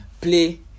play